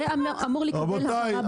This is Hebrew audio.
זה אמור לקבל הבהרה בנוהל.